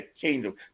kingdom